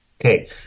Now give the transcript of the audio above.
Okay